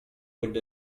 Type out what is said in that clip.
with